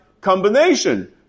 combination